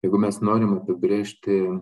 jeigu mes norim apibrėžti